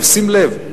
אבל שים לב,